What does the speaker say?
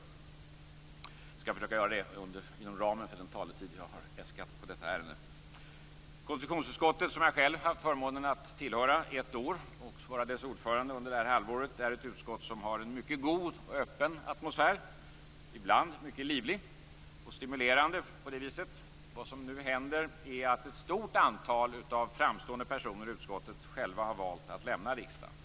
Jag skall försöka göra det inom ramen för den talartid som jag har äskat för detta ärende. Konstitutionsutskottet, som jag själv haft förmånen att under ett år tillhöra - dessutom har jag varit dess ordförande under det här halvåret - är ett utskott som har en mycket god och öppen atmosfär, ibland mycket livlig och stimulerande på det viset. Vad som nu händer är att ett stort antal framstående personer i utskottet själva har valt att lämna riksdagen.